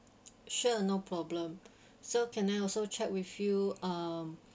sure no problem so can I also check with you um